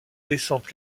descente